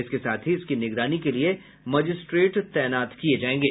इसके साथ ही इसकी निगरानी के लिए मजिस्ट्रेट तैनात किये जायेंगे